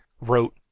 wrote